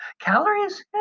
Calories